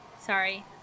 sorry